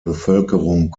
bevölkerung